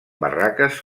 barraques